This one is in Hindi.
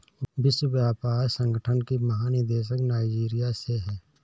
विश्व व्यापार संगठन की महानिदेशक नाइजीरिया से है